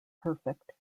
perfect